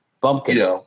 bumpkins